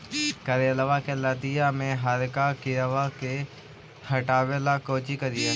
करेलबा के लतिया में हरका किड़बा के हटाबेला कोची करिए?